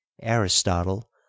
Aristotle